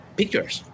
pictures